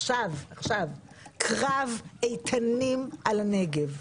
עכשיו קרב איתנים על הנגב.